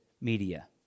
media